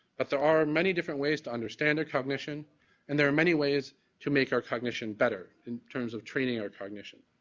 but there are many different ways to understand cognition and there are many ways to make our cognition better in terms of training our cognition.